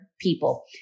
people